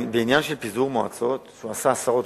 בעניין של פיזור מועצות הוא עשה עשרות,